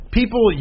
people